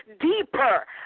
Deeper